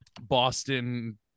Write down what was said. Boston